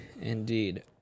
indeed